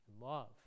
love